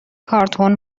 کارتن